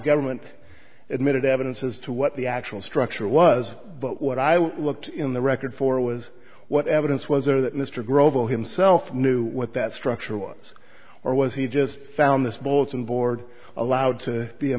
government admitted evidence as to what the actual structure was but what i would look in the record for was what evidence was there that mr grover himself knew what that structure was or was he just found this bulletin board allowed to be a